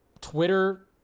Twitter